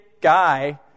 guy